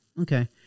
Okay